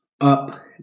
Up